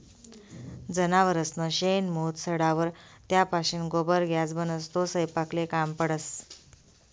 जनावरसनं शेण, मूत सडावर त्यापाशीन गोबर गॅस बनस, तो सयपाकले काम पडस